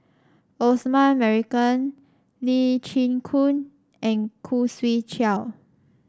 Osman Merican Lee Chin Koon and Khoo Swee Chiow